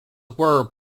were